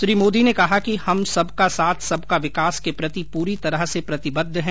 श्री मोदी ने ॅकहा हम सबका साथ सबका विकास के प्रति पूरी तरह से प्रतिबद्ध हैं